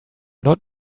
not